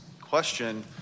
question